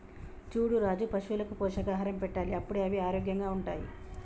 చూడు రాజు పశువులకు పోషకాహారం పెట్టాలి అప్పుడే అవి ఆరోగ్యంగా ఉంటాయి